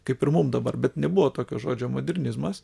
kaip ir mum dabar bet nebuvo tokio žodžio modernizmas